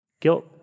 guilt